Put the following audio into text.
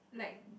like